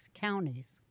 counties